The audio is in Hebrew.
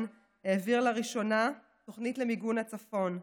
העביר לראשונה תוכנית למיגון הצפון,